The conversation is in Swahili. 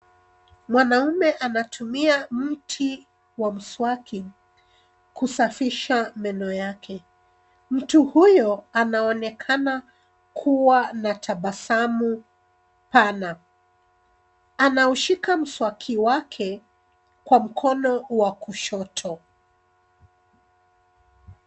Mwanaume anatumia mti wa mswaki kusafisha meno yake. Mtu huyo anaonekana kuwa na tabasamu pana. Anaushika mswaki wake kwa mkono wa kushoto.